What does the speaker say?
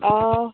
অঁ